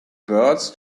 birds